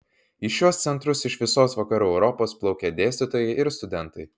į šiuos centrus iš visos vakarų europos plaukė dėstytojai ir studentai